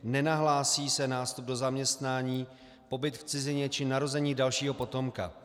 Nenahlásí se nástup do zaměstnání, pobyt v cizině či narození dalšího potomka.